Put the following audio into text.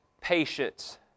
patience